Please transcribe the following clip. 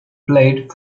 played